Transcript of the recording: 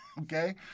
Okay